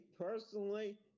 personally